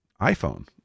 iPhone